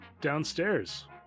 downstairs